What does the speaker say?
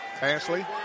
Ashley